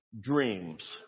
dreams